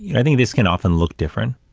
i think this can often look different,